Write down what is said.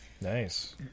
nice